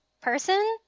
person